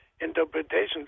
interpretations